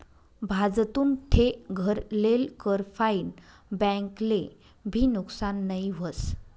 भाजतुन ठे घर लेल कर फाईन बैंक ले भी नुकसान नई व्हस